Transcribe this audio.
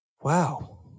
Wow